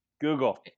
Google